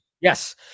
Yes